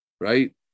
right